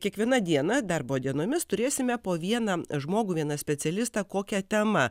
kiekviena diena darbo dienomis turėsime po vieną žmogų vieną specialistą kokia tema